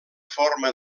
forma